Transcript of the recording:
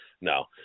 No